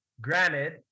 Granted